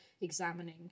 examining